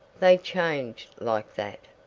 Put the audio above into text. they changed like that.